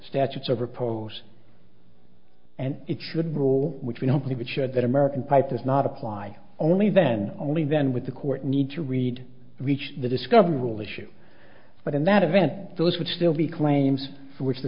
statutes of repose and it should rule which we don't believe it should that american pipe does not apply only then only then with the court need to read reach the discovery rule issue but in that event those would still be claims which the